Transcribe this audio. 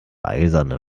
eiserne